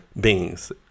beings